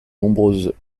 nombreuses